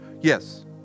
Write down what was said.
yes